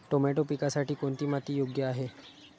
Tomato पिकासाठी कोणती माती योग्य आहे?